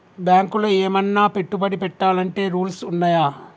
బ్యాంకులో ఏమన్నా పెట్టుబడి పెట్టాలంటే రూల్స్ ఉన్నయా?